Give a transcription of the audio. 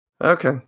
Okay